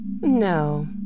No